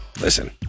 Listen